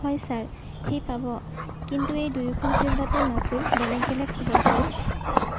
হয় ছাৰ সি পাব কিন্তু এই দুয়োখন ফিল্ডতে মাচুল বেলেগ বেলেগ হ'ব ছাৰ